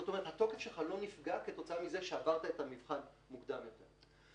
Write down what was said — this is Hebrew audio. זאת אומרת התוקף שלך לא נפגע כתוצאה מזה שעברת את המבחן מוקדם יותר.